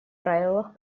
правилах